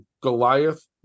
Goliath